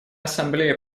ассамблее